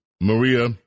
Maria